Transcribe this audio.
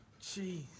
Jeez